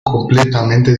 completamente